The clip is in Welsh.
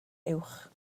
uwch